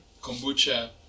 kombucha